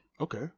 Okay